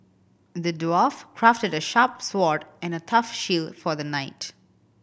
the dwarf crafted a sharp sword and a tough shield for the knight